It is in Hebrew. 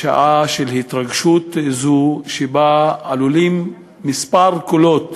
בשעה של התרגשות זו, שבה עלולים כמה קולות